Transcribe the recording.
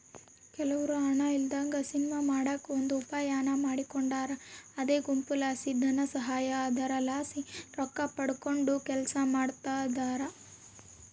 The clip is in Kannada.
ಕೆಲವ್ರು ಹಣ ಇಲ್ಲದಂಗ ಸಿನಿಮಾ ಮಾಡಕ ಒಂದು ಉಪಾಯಾನ ಮಾಡಿಕೊಂಡಾರ ಅದೇ ಗುಂಪುಲಾಸಿ ಧನಸಹಾಯ, ಅದರಲಾಸಿ ರೊಕ್ಕಪಡಕಂಡು ಕೆಲಸ ಮಾಡ್ತದರ